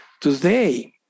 today